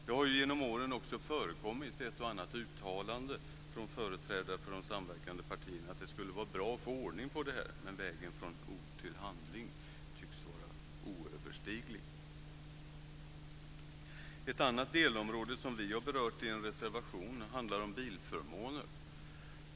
Det har genom åren förekommit ett och annat uttalande från företrädare för de samverkande partierna om att det skulle vara bra att få ordning på detta, men vägen från ord till handling tycks vara alltför lång. Ett annat delområde som vi har berört i en reservation handlar om bilförmåner.